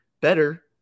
better